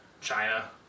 China